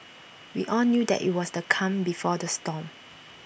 we all knew that IT was the calm before the storm